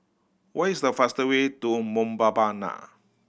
what is the fast way to Mbabana